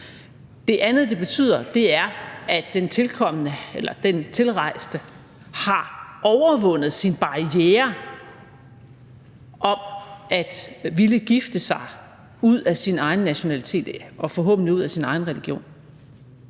Det andet, det betyder, er, at den tilrejsende har overvundet sin barriere for at ville gifte sig ud af sin egen nationalitet og forhåbentlig ud af sin egen religion.